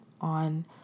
on